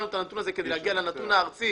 כדי להגיע לנתון הארצי